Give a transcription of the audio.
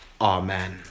Amen